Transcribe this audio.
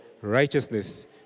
righteousness